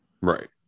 Right